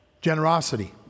Generosity